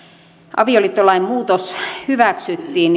avioliittolain muutos hyväksyttiin